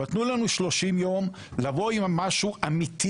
אבל תנו לנו 30 ימים לבוא עם משהו אמיתי,